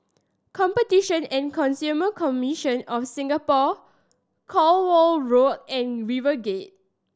Competition and Consumer Commission of Singapore Cornwall Road and RiverGate